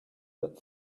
that